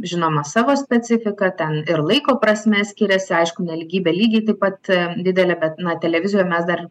žinoma savo specifiką ten ir laiko prasme skiriasi aišku nelygybė lygiai taip pat didelė bet na televizijoj mes dar